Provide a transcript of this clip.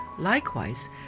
Likewise